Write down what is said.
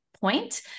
point